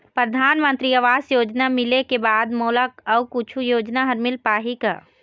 परधानमंतरी आवास योजना मिले के बाद मोला अऊ कुछू योजना हर मिल पाही का?